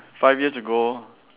five years ago